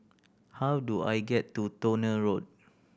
how do I get to Towner Road